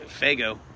Fago